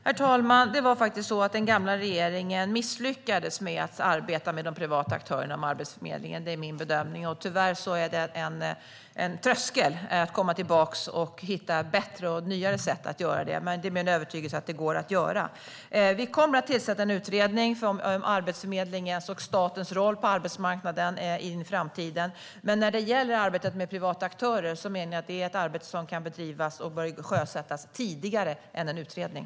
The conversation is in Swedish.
Herr talman! Den gamla regeringen misslyckades faktiskt med att arbeta med de privata aktörerna om arbetsförmedlingen. Det är min bedömning. Tyvärr är det en tröskel att komma tillbaka och hitta bättre och nyare sätt att göra det. Men det är min övertygelse att det går att göra. Vi kommer att tillsätta en utredning om Arbetsförmedlingens och statens roll på arbetsmarknaden i framtiden. Men när det gäller arbetet med privata aktörer menar jag att det är ett arbete som kan bedrivas och bör sjösättas tidigare än en utredning.